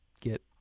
get